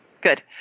Good